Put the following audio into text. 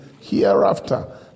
hereafter